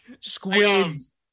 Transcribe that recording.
squids